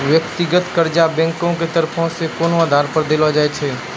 व्यक्तिगत कर्जा बैंको के तरफो से कोनो आधारो पे देलो जाय छै